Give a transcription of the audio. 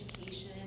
education